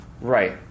Right